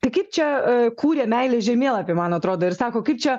tai kaip čia kūrė meilės žemėlapį man atrodo ir sako kaip čia